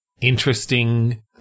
interesting